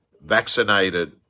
vaccinated